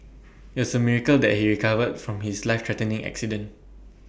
IT was A miracle that he recovered from his life threatening accident